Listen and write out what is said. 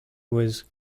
was